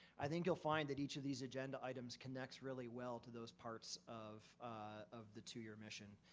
i think you'll find that each of these agenda items connects really well to those parts of of the two-year mission.